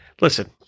listen